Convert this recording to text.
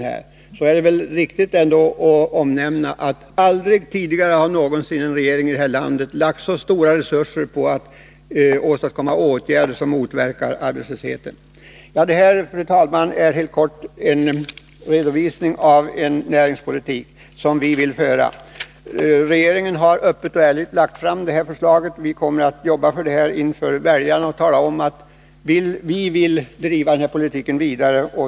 Jag tycker därför att det är riktigt att poängtera att aldrig tidigare har en regering i det här landet lagt så stora resurser på att åstadkomma åtgärder som motverkar arbetslösheten. Detta, fru talman, är en kort redovisning av den näringspolitik som vi vill föra. Regeringen har öppet och ärligt lagt fram detta förslag. Vi kommer att jobba för det och inför väljarna tala om att vi vill driva denna politik vidare.